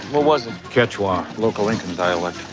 what was it? quechua local incan dialect.